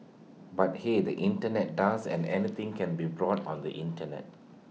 but he is the Internet does and anything can be brought on the Internet